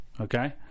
Okay